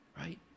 right